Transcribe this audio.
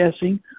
guessing